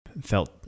felt –